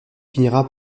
finira